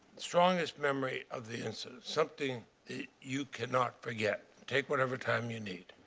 strongest memory of the incident? something you cannot forget? take whatever time you need.